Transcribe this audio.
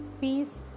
peace